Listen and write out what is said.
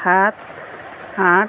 সাত আঠ